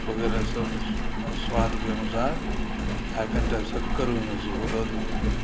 वग़ैरह सभ स्वादके अनुसार आ कनिटा शक्कर ओहिमे सेहो दऽ दियौ